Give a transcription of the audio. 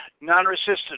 non-resistant